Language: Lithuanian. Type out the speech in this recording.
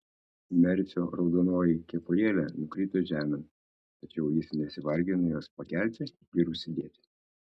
merfio raudonoji kepurėlė nukrito žemėn tačiau jis nesivargino jos pakelti ir užsidėti